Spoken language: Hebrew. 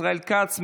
ישראל כץ,